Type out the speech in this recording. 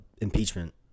impeachment